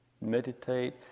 meditate